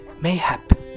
Mayhap